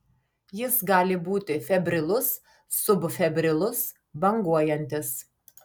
jis gali būti febrilus subfebrilus banguojantis